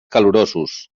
calorosos